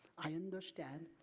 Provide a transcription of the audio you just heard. i understand,